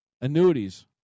Annuities